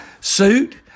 suit